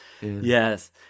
Yes